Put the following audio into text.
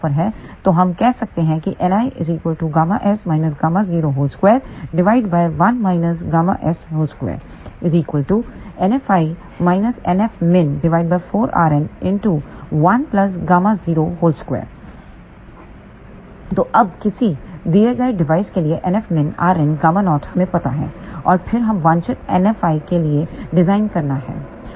तो हम कह सकते हैं कि तो अब किसी दिए गए डिवाइस के लिए NFmin rn Γ0 हमें पता है और फिर हम वांछित NFiके लिए डिजाइन करना है